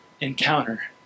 encounter